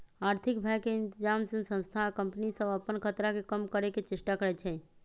आर्थिक भय के इतजाम से संस्था आ कंपनि सभ अप्पन खतरा के कम करए के चेष्टा करै छै